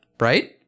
Right